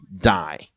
die